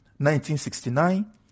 1969